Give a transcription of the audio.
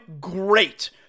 great